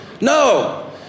No